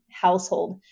household